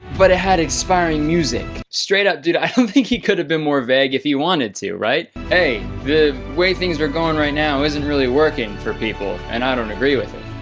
but it had inspiring music. straight up, dude. i don't think he could have been more vague if he wanted to, right? hey, the way things are going right now isn't really working for people. and i don't agree with it.